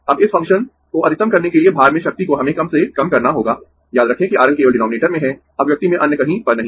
अब इस फंक्शन को अधिकतम करने के लिए भार में शक्ति को हमें कम से कम करना होगा याद रखें कि RL केवल डीनोमिनेटर में है अभिव्यक्ति में अन्य कहीं पर नहीं